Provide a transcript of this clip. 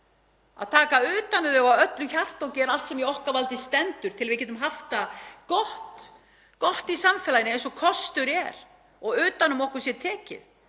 að taka utan um það af öllu hjarta og gera allt sem í okkar valdi stendur til að við getum haft það gott í samfélaginu eins og kostur er, að utan um okkur sé tekið.